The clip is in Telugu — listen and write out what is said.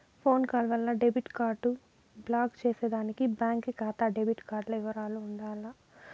ఫోన్ కాల్ వల్ల డెబిట్ కార్డు బ్లాకు చేసేదానికి బాంకీ కాతా డెబిట్ కార్డుల ఇవరాలు ఉండాల